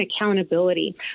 accountability